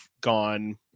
gone